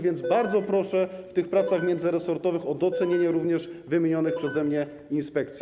Zatem bardzo proszę w tych pracach międzyresortowych o docenienie również wymienionych przeze mnie inspekcji.